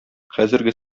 хәзерге